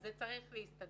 זה צריך להסתדר.